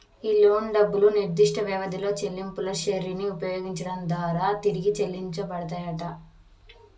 ఈ లోను డబ్బులు నిర్దిష్ట వ్యవధిలో చెల్లింపుల శ్రెరిని ఉపయోగించడం దారా తిరిగి చెల్లించబడతాయంట